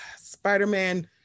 Spider-Man